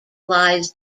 lies